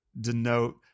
denote